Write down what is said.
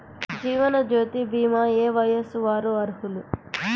జీవనజ్యోతి భీమా ఏ వయస్సు వారు అర్హులు?